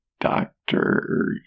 doctor